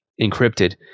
encrypted